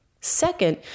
Second